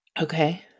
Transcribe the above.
okay